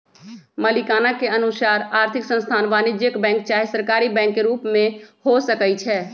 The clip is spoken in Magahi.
मलिकाना के अनुसार आर्थिक संस्थान वाणिज्यिक बैंक चाहे सहकारी बैंक के रूप में हो सकइ छै